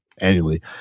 annually